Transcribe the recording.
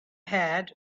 had